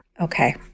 Okay